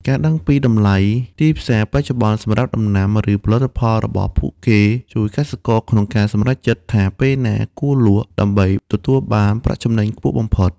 ការដឹងពី តម្លៃទីផ្សារ បច្ចុប្បន្នសម្រាប់ដំណាំ ឬផលិតផលរបស់ពួកគេ ជួយកសិករក្នុងការសម្រេចចិត្តថាពេលណាគួរលក់ ដើម្បីទទួលបានប្រាក់ចំណេញខ្ពស់បំផុត។